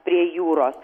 prie jūros